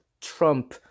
trump